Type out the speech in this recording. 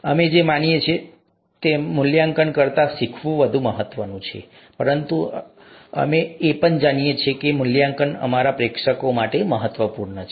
અમે જે માનીએ છીએ તે મૂલ્યાંકન કરતાં શીખવું વધુ મહત્વનું છે પરંતુ અમે એ પણ જાણીએ છીએ કે મૂલ્યાંકન અમારા પ્રેક્ષકો માટે મહત્વપૂર્ણ છે